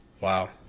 Wow